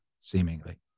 seemingly